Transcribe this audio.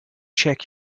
check